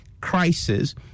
crisis